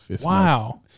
Wow